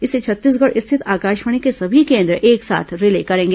इसे छत्तीसगढ़ स्थित आकाशवाणी के सभी केन्द्र एक साथ रिले करेंगे